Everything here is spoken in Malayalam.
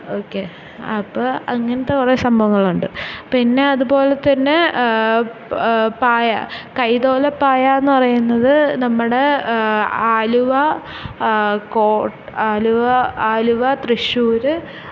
ഓക്കെ അപ്പം അങ്ങനത്തെ കുറെ സംഭവങ്ങൾ ഉണ്ട് പിന്നെ അതുപോലെ തന്നെ പായ കൈതോലപ്പായ എന്ന് പറയുന്നത് നമ്മുടെ ആലുവ കോ ആലുവ ആലുവ തൃശ്ശൂര്